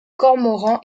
cormorans